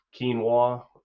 quinoa